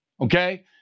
Okay